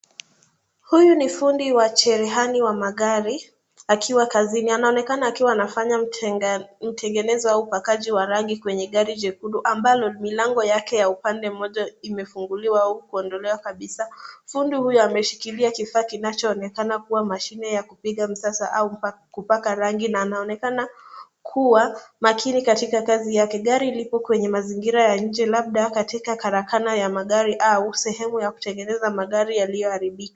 Huyu ni fundi wa cherehani wa magari akiwa kazini. Anaonekana akiwa anafanya utengenezo au upakaji wa rangi kwenye gari jekundu, ambalo milango yake ya upande moja imefunguliwa au kuondolewa kabisa. Fundi huyu ameshikilia kifaa kinachoonekana kuwa mashine ya kupiga msasa au kupaka rangi na anaonekana kuwa makini katika kazi yake, gari lipo kwenye mazingira ya nje, labda katika karakana ya magari au sehemu ya kutengeneza magari yaliyoharibika.